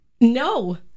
No